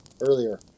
earlier